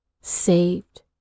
saved